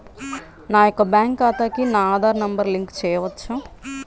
నా యొక్క బ్యాంక్ ఖాతాకి నా ఆధార్ నంబర్ లింక్ చేయవచ్చా?